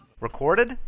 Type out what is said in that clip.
Recorded